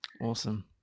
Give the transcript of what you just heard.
Awesome